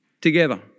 together